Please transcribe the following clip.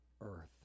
earth